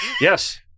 Yes